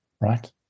right